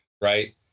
right